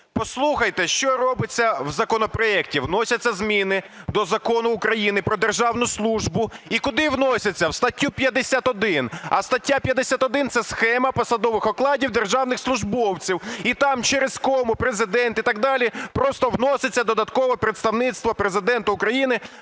Послухайте, що робиться в законопроекті. Вносяться зміни до Закону України "Про державну службу". І куди вносяться? В статтю 51. А стаття 51 – це схема посадових окладів державних службовців. І там через кому Президент і так далі, просто вноситься додатково Представництво Президента України